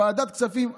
ועדת כספים,